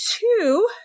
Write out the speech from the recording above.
two